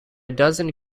dozen